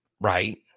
right